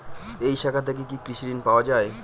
এই শাখা থেকে কি কৃষি ঋণ পাওয়া যায়?